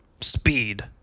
speed